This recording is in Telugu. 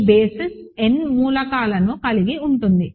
ఈ బేసిస్ n మూలకాలను కలిగి ఉంటుంది